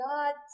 God